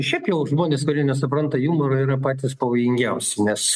šiaip jau žmonės kurie nesupranta jumoro yra patys pavojingiausi nes